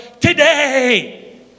Today